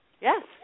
Yes